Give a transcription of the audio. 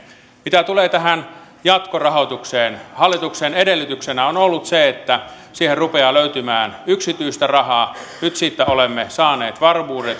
mitä tulee tähän jatkorahoitukseen niin hallituksen edellytyksenä on ollut se että siihen rupeaa löytymään yksityistä rahaa nyt olemme saaneet varmuuden